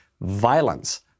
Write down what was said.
Violence